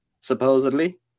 supposedly